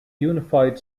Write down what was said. unified